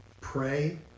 Pray